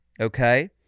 okay